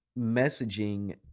messaging